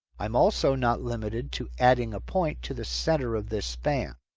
i'm also not limited to adding a point to the center of this span.